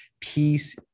Peace